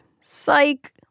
psych